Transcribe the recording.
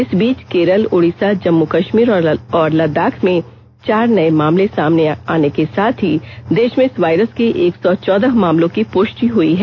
इस बीच केरल ओडिसा जम्मू कश्मीर और लद्दाख में चार नए मामले सामने के साथ ही देश में इस वायरस के एक सौ चौदह मामलों की पुष्टि हुई है